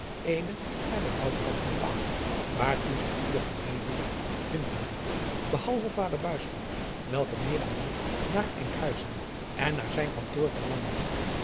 eene naar den oudkant bepaald waartoe zich ieder gereedelijk vinden liet behalve vader welke meer en meer naar nkhuizen en naar zijn kantoor verlangende